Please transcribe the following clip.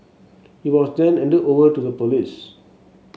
he was then handed over to the police